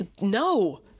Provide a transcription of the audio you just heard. No